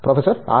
professor R